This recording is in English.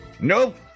Nope